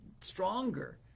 stronger